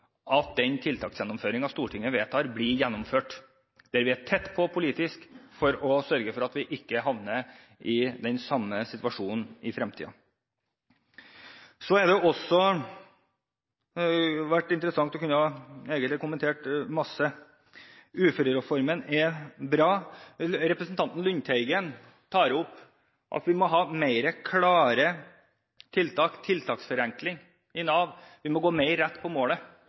at den tiltaksgjennomføringen Stortinget vedtar, blir gjennomført. Vi skal være tett på fra politisk hold for å sørge for at vi ikke havner i den samme situasjonen i fremtiden. Det hadde egentlig vært interessant å kunne kommentere masse. Uførereformen er bra. Representanten Lundteigen tar opp at vi må ha tiltaksforenkling i Nav, og at vi må gå mer rett på målet.